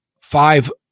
five